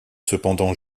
cependant